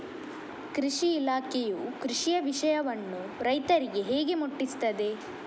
ಕೃಷಿ ಇಲಾಖೆಯು ಕೃಷಿಯ ವಿಷಯವನ್ನು ರೈತರಿಗೆ ಹೇಗೆ ಮುಟ್ಟಿಸ್ತದೆ?